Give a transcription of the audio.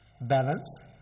balance